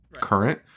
current